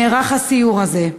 נערך הסיור הזה.